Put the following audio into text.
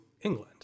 England